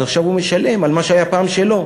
אז עכשיו הוא משלם על מה שהיה פעם שלו: